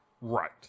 Right